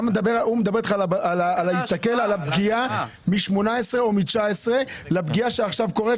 הוא אומר לך להסתכל על הפגיעה מ-2018 או מ-2019 לפגיעה שקורית